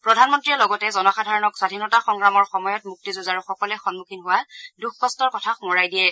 প্ৰধানমন্ত্ৰীয়ে লগতে জনসাধাৰণক স্বাধীনতা সংগ্ৰামৰ সময়ত মুক্তিযুঁজাৰুসকলে সম্মুখীন হোৱা দুখ কষ্টৰ কথা সোঁৱৰাই দিয়ে